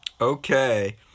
Okay